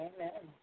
Amen